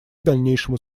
дальнейшему